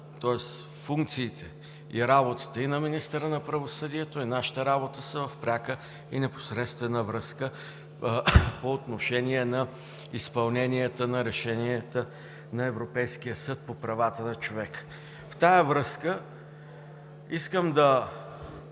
Функциите и работата и на министъра на правосъдието, и нашата работа са в пряка и непосредствена връзка по отношение изпълнението на решенията на Европейския съд по правата на човека. В тази връзка искам да